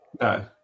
no